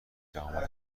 شهامت